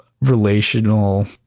relational